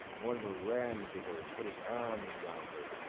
mortimer ran to her and put his arms round her.